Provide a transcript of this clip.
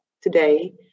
today